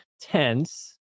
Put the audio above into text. tense